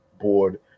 board